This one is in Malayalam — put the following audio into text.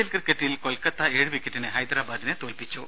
എൽ ക്രിക്കറ്റിൽ കൊൽക്കത്ത ഏഴു വിക്കറ്റിന് ഹൈദരാബാദിനെ തോൽപ്പിച്ചു